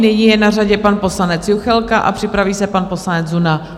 Nyní je na řadě pan poslanec Juchelka a připraví se pan poslanec Zuna.